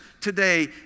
today